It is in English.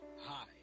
Hi